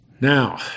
Now